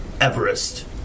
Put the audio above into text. Everest